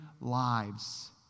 lives